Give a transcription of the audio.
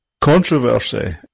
controversy